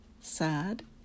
sad